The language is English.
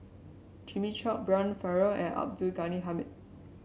Jimmy Chok Brian Farrell and Abdul Ghani Hamid